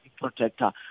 Protector